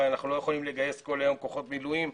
הרי אנחנו לא יכולים לגייס כל יום כוחות מילואים.